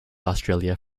australia